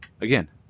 Again